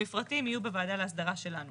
המפרטים יהיו בוועדה להסדרה שלנו.